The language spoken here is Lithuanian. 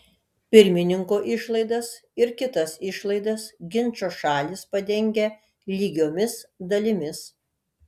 pirmininko išlaidas ir kitas išlaidas ginčo šalys padengia lygiomis dalimis